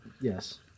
Yes